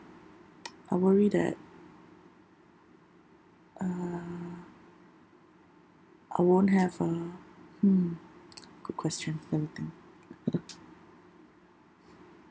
I worry that uh I won't have a mm good question if anything